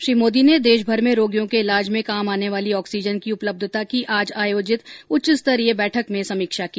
श्री मोदी ने देशभर में रोगियों के इलाज में काम आने वाली आक्सीजन की उपलब्धता की आज आयोजित उच्च स्तरीय बैठक में समीक्षा की